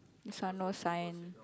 this one no sign